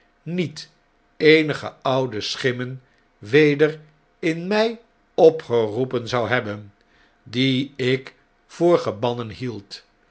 niet eenige oude schimmen weder in mij opgeroepen zou hebben die ik voor gebannen hield